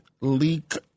leak